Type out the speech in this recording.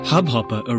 Hubhopper